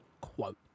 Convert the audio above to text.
quote